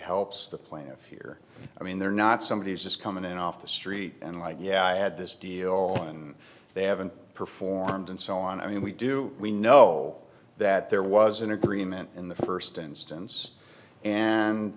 helps the plaintiffs here i mean they're not somebody who's just coming in off the street and like yeah i had this deal and they haven't performed and so on i mean we do we know that there was an agreement in the first instance and